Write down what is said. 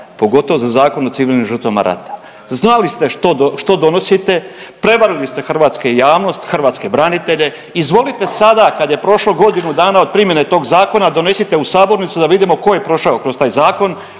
pogotovo za Zakon o civilnim žrtvama rata. Znali ste što donosite, prevarili ste hrvatske javnost, hrvatska branitelje, izvolite sada kada je prošlo godinu dana od primjene tog zakona donesite u sabornicu da vidimo ko je prošao kroz taj zakon,